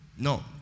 No